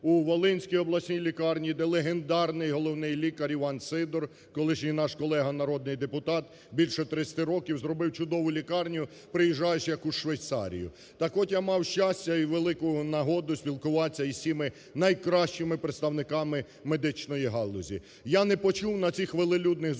Волинській обласній лікарні, де легендарний головний лікар Іван Сидор, колишній наш колега народний депутат, більше 30 років, зробив чудову лікарню, приїжджаєш, як у Швейцарію. Так от я мав щастя і велику нагоду спілкуватися із цими найкращими представниками медичної галузі. Я не почув на цих волелюдних зустрічах